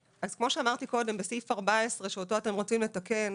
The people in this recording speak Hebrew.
אז כמו שחשבתי קודם בסעיף 14 שאותו אתם רוצים לתקן,